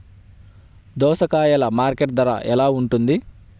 దోసకాయలు మార్కెట్ ధర ఎలా ఉంటుంది?